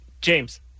James